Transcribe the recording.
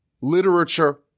literature